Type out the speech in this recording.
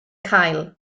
cael